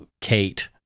Kate